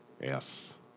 Yes